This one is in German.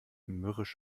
mürrisch